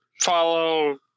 follow